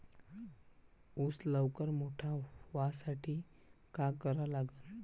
ऊस लवकर मोठा व्हासाठी का करा लागन?